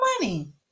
money